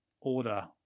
order